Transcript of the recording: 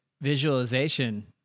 visualization